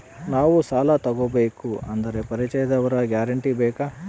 ನಾವು ಸಾಲ ತೋಗಬೇಕು ಅಂದರೆ ಪರಿಚಯದವರ ಗ್ಯಾರಂಟಿ ಬೇಕಾ?